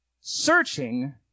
searching